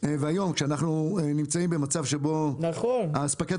והיום שאנחנו נמצאים במצב שבו אספקת